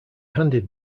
handed